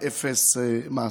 שזה אפס מעשה.